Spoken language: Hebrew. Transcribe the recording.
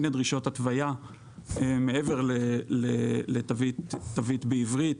מיני דרישות התוויה מעבר לתווית בעברית,